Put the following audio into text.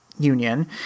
union